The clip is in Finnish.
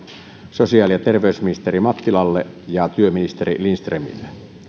sosiaali ja terveysministeri mattilalle ja työministeri lindströmille